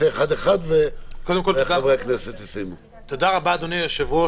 קודם כול, תודה רבה, אדוני היושב-ראש,